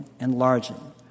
enlarging